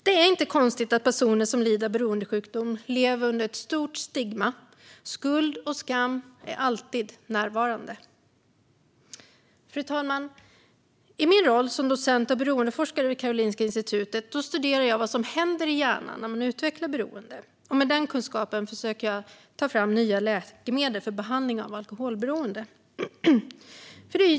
Det är inte konstigt att personer som lider av en beroendesjukdom lever under ett stort stigma. Skuld och skam är alltid närvarande. Fru talman! I min roll som docent och beroendeforskare vid Karolinska institutet studerar jag vad som händer i hjärnan när man utvecklar ett beroende. Med den kunskapen försöker jag utveckla nya läkemedel för behandling av alkoholberoende.